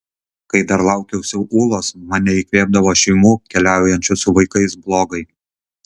kai dar laukiausi ūlos mane įkvėpdavo šeimų keliaujančių su vaikais blogai